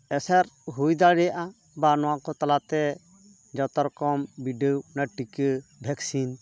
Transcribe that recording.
ᱮᱥᱮᱨ ᱦᱩᱭ ᱫᱟᱲᱮᱭᱟᱜᱼᱟ ᱵᱟ ᱱᱚᱣᱟ ᱠᱚ ᱛᱟᱞᱟᱛᱮ ᱡᱚᱛᱚ ᱨᱚᱠᱚᱢ ᱵᱤᱰᱟᱹᱣ ᱨᱮᱱᱟᱜ ᱴᱤᱠᱟᱹ ᱵᱷᱮᱠᱥᱤᱱ